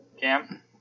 Cam